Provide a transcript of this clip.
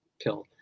pill